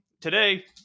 today